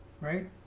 Right